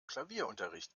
klavierunterricht